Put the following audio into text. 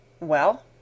Well